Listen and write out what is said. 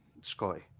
scotty